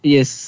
Yes